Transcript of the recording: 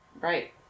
Right